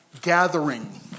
gathering